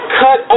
cut